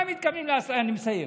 מה הם מתכוונים לעשות, אני מסיים,